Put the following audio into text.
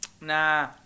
Nah